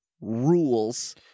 Rules